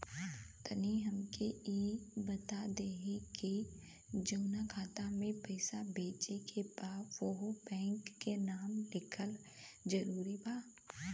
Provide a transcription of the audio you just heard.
तनि हमके ई बता देही की जऊना खाता मे पैसा भेजे के बा ओहुँ बैंक के नाम लिखल जरूरी बा?